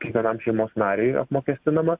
kiekvienam šeimos nariui apmokestinama